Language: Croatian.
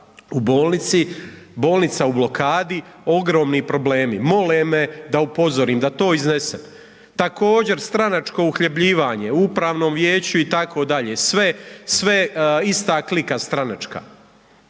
u bolnici, bolnica u blokadi, ogromni problemi, mole me da upozorim, da to iznesem. Također stranačko uhljebljivanje u upravnom vijeću itd., sve, sve ista klika stranačka,